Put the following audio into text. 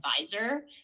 advisor